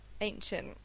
ancient